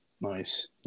Nice